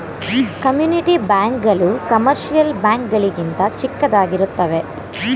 community bank ಗಳು commercial bank ಗಳಿಗಿಂತ ಚಿಕ್ಕದಾಗಿರುತ್ತವೆ